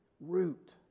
root